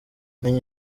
menya